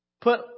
Put